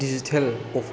digital